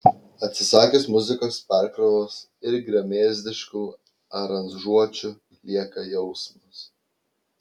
atsisakius muzikos perkrovos ir gremėzdiškų aranžuočių lieka jausmas